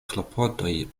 klopodoj